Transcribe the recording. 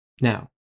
Now